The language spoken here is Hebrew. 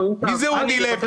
מי זה אודי לוי?